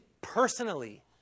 personally